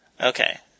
Okay